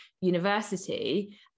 university